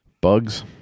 Bugs